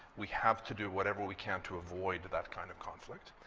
we have to do whatever we can to avoid that kind of conflict.